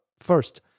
first